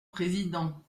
président